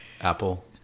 Apple